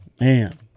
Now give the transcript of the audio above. man